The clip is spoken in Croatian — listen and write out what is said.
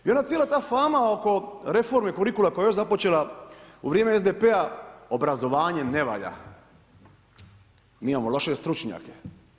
I onda cijela ta fama oko reformi kurikula koju je još započela u vrijeme SDP-a obrazovanje ne valja, mi imamo loše stručnjake.